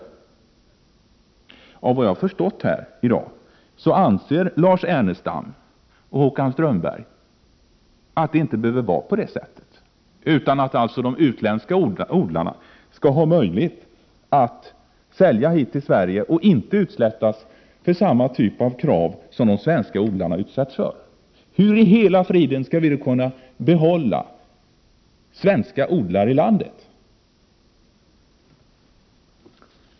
Enligt vad jag har förstått här i dag anser Lars Ernestam och Håkan Strömberg att det inte behöver vara på det sättet, utan de utländska odlarna skall alltså ha möjlighet att sälja till Sverige och inte utsättas för samma typ av krav som de svenska odlarna utsätts för. Hur skall vi då kunna behålla svenska odlare i landet?